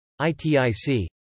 ITIC